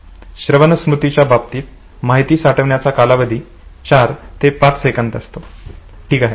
श्रवण स्मृतीच्या बाबतीत माहिती साठविण्याचा कालावधी 4 ते 5 सेकंद असतो ठीक आहे